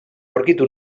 aurkitu